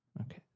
Okay